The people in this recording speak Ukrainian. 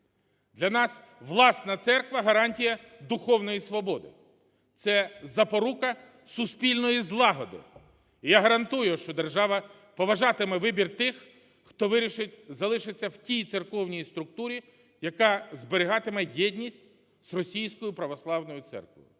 Для нас власна церква – гарантія духовної свободи, це запорука суспільної злагоди. Я гарантую, що держава поважатиме вибір тих, хто вирішить залишитися в тій церковній структурі, яка зберігатиме єдність з Російською Православною церквою,